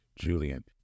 Julian